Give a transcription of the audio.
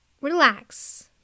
Relax